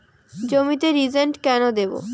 জমিতে রিজেন্ট কেন দেবো?